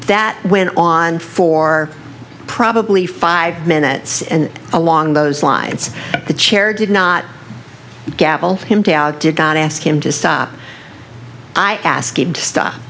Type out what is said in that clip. that went on for probably five minutes and along those lines the chair did not gavel him did not ask him to stop i asked him to stop